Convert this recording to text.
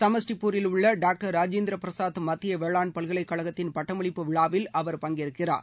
சம்ஸ்டிப்பூரில் உள்ள டாக்டர் ராஜேந்திர பிரசாத் மத்திய வேளாண் பல்கலைக் கழகத்தின் பட்டமளிப்பு விழாவில் அவர் பங்கேற்கிறார்